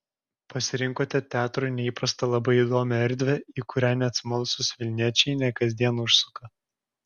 pasirinkote teatrui neįprastą labai įdomią erdvę į kurią net smalsūs vilniečiai ne kasdien užsuka